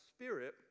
spirit